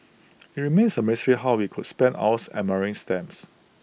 IT remains A mystery how we could spend hours admiring stamps